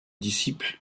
disciple